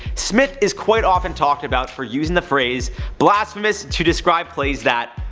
smith is quite often talked about for using the phrase blasphemous to describe plays that,